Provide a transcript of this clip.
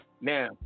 now